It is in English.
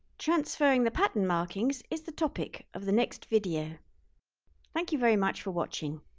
transferring the pattern markings is the topic of the next video thank you very much for watching